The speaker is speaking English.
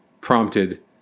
prompted